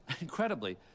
Incredibly